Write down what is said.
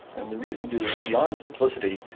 and the reason to this beyond simplicity,